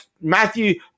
Matthew